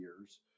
years